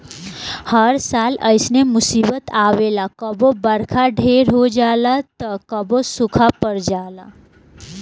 हर साल ऐइसने मुसीबत आवेला कबो बरखा ढेर हो जाला त कबो सूखा पड़ जाला